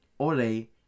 Ole